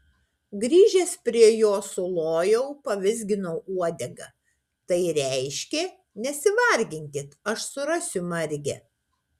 grįžęs prie jo sulojau pavizginau uodegą tai reiškė nesivarginkit aš surasiu margę